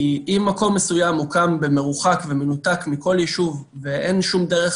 כי אם מקום מסוים מוקם במרוחק ובמנותק מכל יישוב ואין שום דרך